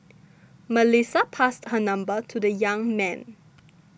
Melissa passed her number to the young man